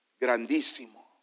grandísimo